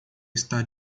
está